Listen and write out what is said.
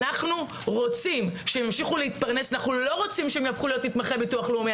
אנחנו רוצים שהם ימשיכו להתפרנס ולא רוצים שיהיו נתמכי ביטוח לאומי.